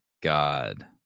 god